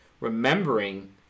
remembering